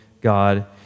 God